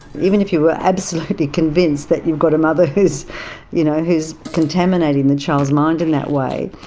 even if you were absolutely convinced that you've got a mother who's you know who's contaminating the child's mind in that way,